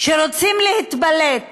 שרוצים להתבלט